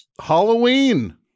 Halloween